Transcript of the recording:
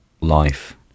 life